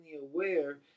aware